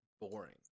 boring